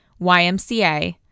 YMCA